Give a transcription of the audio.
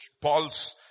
Paul's